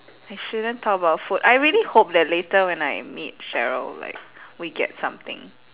I shouldn't talk about food I really hope that later when I meet cheryl like we get something